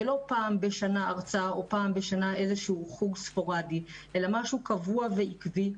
ולא פעם בשנה הרצאה או חוג ספורדי אלא משהו קבוע ועקבי,